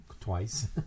twice